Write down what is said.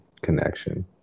connection